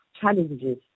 challenges